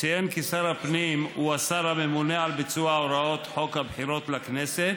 אציין כי שר הפנים הוא השר הממונה על ביצוע הוראות חוק הבחירות לכנסת,